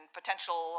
potential